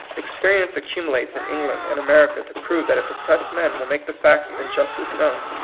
experience accumulates in england and america to prove that if oppressed men will make the facts of in justice known,